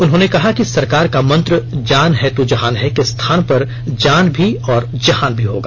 उन्होंने कहा कि सरकार का मंत्र जान है तो जहान है के स्थान पर जान भी और जहान भी होगा